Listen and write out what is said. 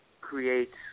creates